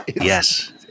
Yes